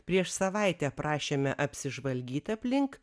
prieš savaitę prašėme apsižvalgyt aplink